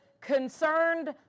concerned